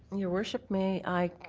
your worship, may i